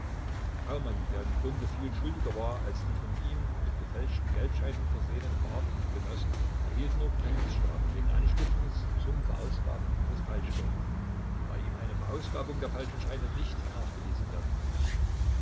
kaumann der im grunde viel schuldiger war als die von ihm mit gefälschten geldscheinen versehenen barth und genossen erhielt nur gefängnisstrafe wegen anstiftens zum verausgaben des falschgeldes da ihm eine verausgabung der falschen scheine nicht nachgewiesen werden konnte